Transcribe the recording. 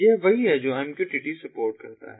यह वही है जो MQTT सपोर्ट करता है